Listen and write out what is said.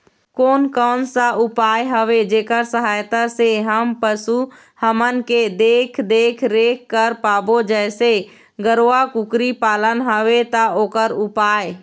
कोन कौन सा उपाय हवे जेकर सहायता से हम पशु हमन के देख देख रेख कर पाबो जैसे गरवा कुकरी पालना हवे ता ओकर उपाय?